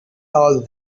all